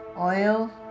oil